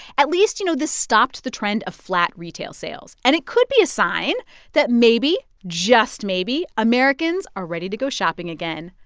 at least, you know, this stops the trend of flat retail sales. and it could be a sign that maybe, just maybe, americans are ready to go shopping again.